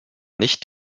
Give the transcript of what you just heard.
nicht